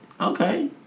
Okay